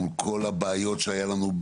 מול כל הבעיות שהיה לנו,